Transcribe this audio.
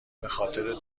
بخاطر